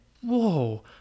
Whoa